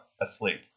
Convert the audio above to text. asleep